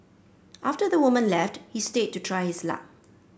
after the woman left he stayed to try his luck